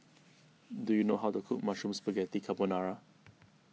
do you know how to cook Mushroom Spaghetti Carbonara